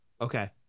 Okay